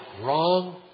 wrong